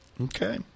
Okay